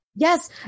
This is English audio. Yes